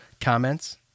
comments